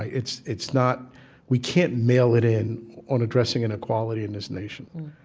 it's it's not we can't mail it in on addressing inequality in this nation.